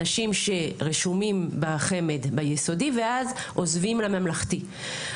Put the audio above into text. אנשים שרשומים בחמ"ד ביסודי, ואז עוזבים לממלכתי.